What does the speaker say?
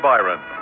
Byron